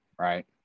right